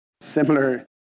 similar